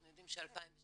אנחנו יודעים ש-2016